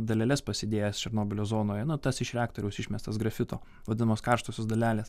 daleles pasidėjęs černobylio zonoje nu tas iš reaktoriaus išmestas grafito vadinamos karštosios dalelės